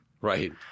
right